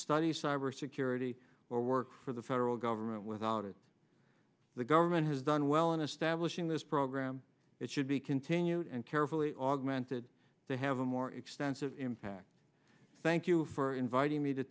study cybersecurity or work for the federal government without it the government has done well in establishing this program it should be continued and carefully augmented to have a more extensive impact thank you for inviting me to